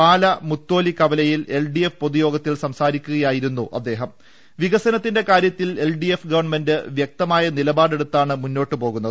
പ്പാല് മുത്തോലി കവലയിൽ എൽഡിഎഫ് സംസാരിക്കുകയായിരുന്നു അദ്ദേഹം വികസനത്തിന്റെ കാര്യത്തിൽ എൽഡിഎഫ് ഗവൺമെന്റ് വ്യക്തമായ നിലപാടെടുത്താണ് മുന്നോട്ട് പോകുന്നത്